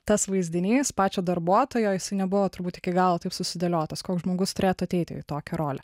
tas vaizdinys pačio darbuotojo jisai nebuvo turbūt iki galo taip susidėliotas koks žmogus turėtų ateiti į tokią rolę